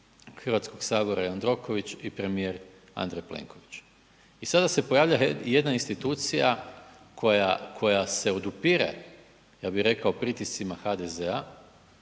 Hrvatskog sabora Jandroković i premijer Andrej Plenković. I sada se pojavljuje jedna institucija koja se odupire, ja bih rekao pritiscima HDZ-a